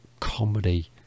comedy